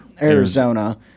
Arizona